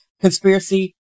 conspiracy